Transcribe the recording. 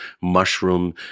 mushroom